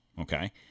Okay